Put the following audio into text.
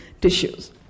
tissues